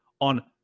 on